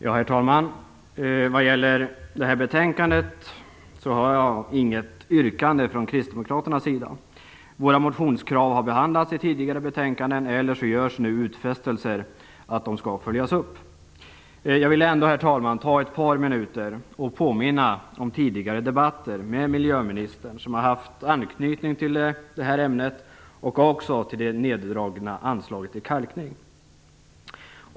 Herr talman! När det gäller betänkandet har vi inget yrkande från kristdemokraternas sida. Våra motionskrav har behandlats i tidigare betänkanden eller också görs det nu utfästelser att de skall följas upp. Jag vill ändå ta ett par minuter i anspråk och påminna om tidigare debatter med miljöministern, debatter som har haft anknytning till det här ämnet och också till det neddragna anslaget till kalkning.